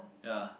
ya